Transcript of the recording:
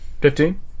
Fifteen